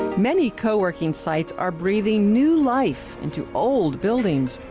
many co-working sites are breathing new life into old buildings.